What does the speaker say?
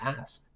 Ask